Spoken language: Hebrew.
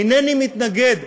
אינני מתנגד,